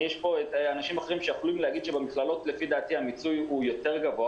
יש פה אנשים אחרים שיכולים להגיד שבמכללות לפי דעתי המיצוי יותר גבוה,